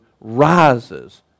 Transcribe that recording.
rises